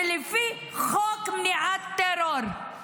לפי החוק למניעת טרור.